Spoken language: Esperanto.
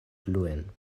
pluen